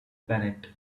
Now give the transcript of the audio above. planet